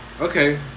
Okay